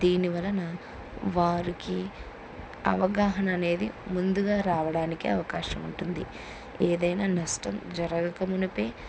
దీనివలన వారికి అవగాహన అనేది ముందుగా రావడానికి అవకాశం ఉంటుంది ఏదైనా నష్టం జరగక మునుపే